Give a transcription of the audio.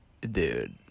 Dude